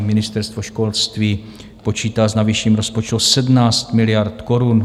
Ministerstvo školství počítá s navýšením rozpočtu o 17 miliard korun.